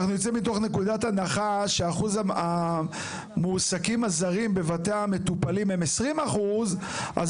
אנחנו נצא מתוך נקודת הנחה שאחוז המועסקים הזרים בבתי המטופלים הם 20% אז